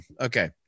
Okay